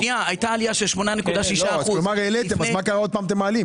הייתה עלייה של 8.6% --- אז מה קרה שאתם עוד פעם מעלים?